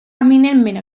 eminentment